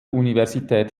universität